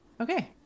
okay